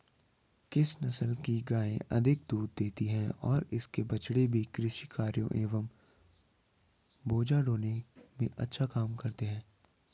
किस नस्ल की गायें अधिक दूध देती हैं और इनके बछड़े भी कृषि कार्यों एवं बोझा ढोने में अच्छा काम करते हैं?